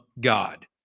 God